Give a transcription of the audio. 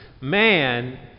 Man